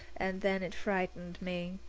and then it frightened me.